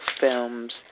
films